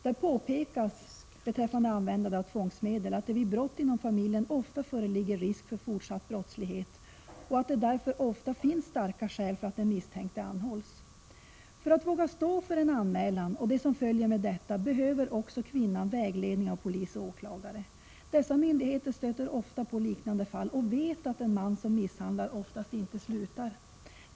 Där påpekas beträffande användande av tvångsmedel, att det vid brott inom familjen ofta föreligger risk för fortsatt brottslighet och att det därför oftast finns starka skäl för att den misstänkte anhålls. För att våga stå för en anmälan och det som följer därmed behöver också kvinnan vägledning av polis och åklagare. Dessa myndigheter stöter ofta på liknande fall och vet att en man som misshandlar oftast inte slutar.